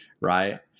right